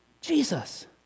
jesus